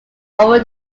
over